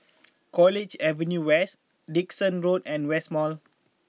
College Avenue West Dickson Road and West Mall